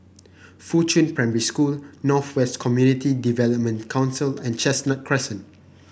Fuchun Primary School North West Community Development Council and Chestnut Crescent